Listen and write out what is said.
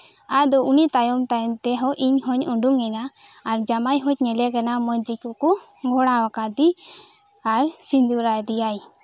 ᱟᱫᱚ ᱩᱱᱤ ᱛᱟᱭᱚᱢ ᱛᱟᱭᱚᱢ ᱛᱮ ᱤᱧ ᱦᱚᱸᱧ ᱩᱰᱩᱠᱮᱱᱟ ᱟᱨ ᱡᱟᱢᱟᱭ ᱦᱚᱸᱧ ᱧᱮᱞᱮ ᱠᱟᱱᱟ ᱢᱚᱸᱡᱽ ᱜᱮᱠᱚ ᱜᱷᱚᱲᱟ ᱟᱠᱟᱫᱮᱭᱟ ᱟᱨ ᱥᱤᱸᱫᱩᱨ ᱟᱫᱮᱭᱟᱭ